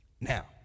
Now